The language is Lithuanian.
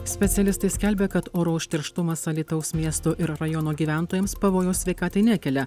specialistai skelbia kad oro užterštumas alytaus miesto ir rajono gyventojams pavojaus sveikatai nekelia